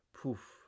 poof